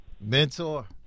mentor